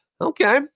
okay